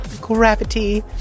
Gravity